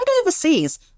overseas